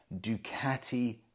ducati